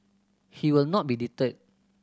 he will not be deterred